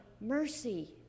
mercy